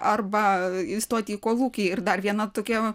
arba įstoti į kolūkį ir dar viena tokia